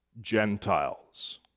Gentiles